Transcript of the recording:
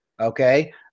Okay